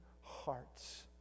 hearts